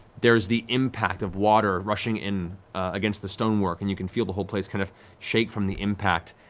there's the impact of water rushing in against the stonework, and you can feel the whole place kind of shake from the impact,